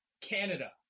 Canada